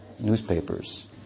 newspapers